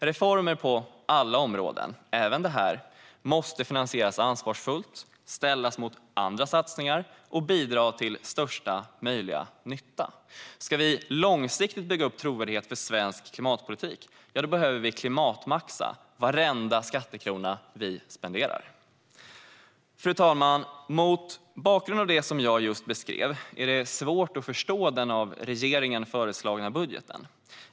Reformer på alla områden, även detta, måste finansieras ansvarsfullt, ställas mot andra satsningar och bidra till största möjliga nytta. Ska vi långsiktigt bygga upp trovärdighet för svensk klimatpolitik behöver vi klimatmaxa varenda skattekrona vi spenderar. Fru talman! Mot bakgrund av det jag just beskrev är det svårt att förstå den av regeringen föreslagna budgeten.